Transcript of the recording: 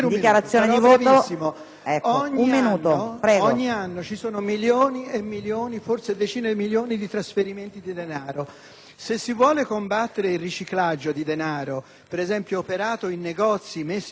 Se si vuole combattere il riciclaggio di denaro, per esempio quello operato in negozi messi su dalla mafia con denaro sporco, non si vanno a controllare i clienti, ma i negozianti: questo è quanto si deve fare.